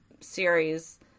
series